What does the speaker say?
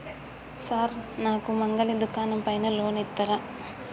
Sir నాకు మంగలి దుకాణం పైన లోన్ ఇత్తరా?